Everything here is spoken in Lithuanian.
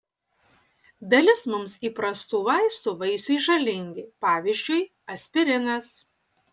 dalis mums įprastų vaistų vaisiui žalingi pavyzdžiui aspirinas